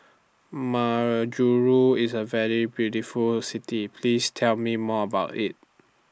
Majuro IS A very beautiful City Please Tell Me More about IT